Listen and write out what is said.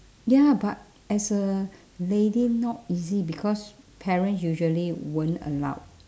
ya but as a lady not easy because parents usually won't allow